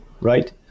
right